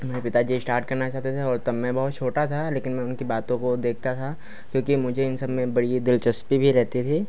मेरे पिता जी इश्टार्ट करना चाहते थे और तब मैं बहुत छोटा था लेकिन मैं उनकी बातों को देखता था क्योंकि मुझे इन सबमें बड़ी दिलचस्पी भी रहती थी